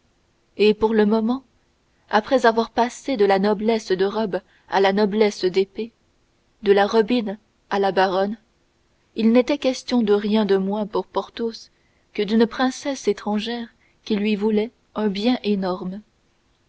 et pour le moment après avoir passé de la noblesse de robe à la noblesse d'épée de la robine à la baronne il n'était question de rien de moins pour porthos que d'une princesse étrangère qui lui voulait un bien énorme